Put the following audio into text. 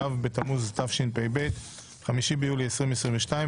ו׳ בתמוז התשפ״ב - 5 ביולי 2022,